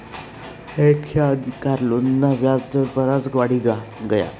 rickshaw आनी car लोनना व्याज दर बराज वाढी गया